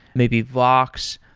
maybe vox.